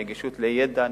נגישות לידע,